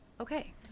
okay